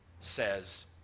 says